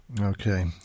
Okay